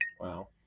Wow